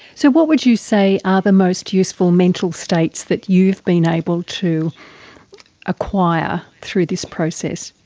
so what would you say are the most useful mental states that you've been able to acquire through this process?